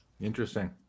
Interesting